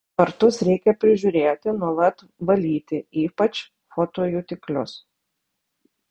vartus reikia prižiūrėti nuolat valyti ypač fotojutiklius